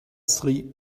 seri